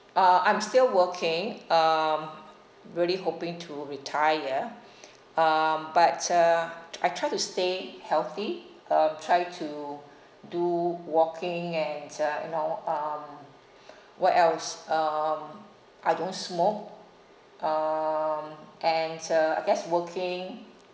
uh I'm still working um really hoping to retire um but uh t~ I try to stay healthy um try to do walking and uh you know um what else um I don't smoke um and uh I guess working